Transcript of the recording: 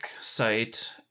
site